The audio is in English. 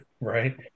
Right